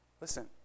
Listen